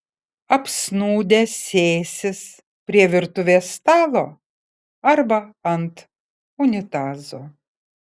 apsnūdę sėsis prie virtuvės stalo arba ant unitazo